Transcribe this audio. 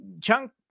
chunk